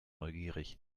neugierig